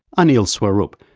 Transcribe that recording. anil swarup,